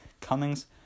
Cummings